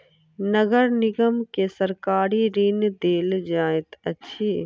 नगर निगम के सरकारी ऋण देल जाइत अछि